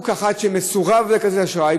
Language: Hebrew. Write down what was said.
הוא אחד שמסורב לקבל כרטיס אשראי,